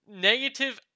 negative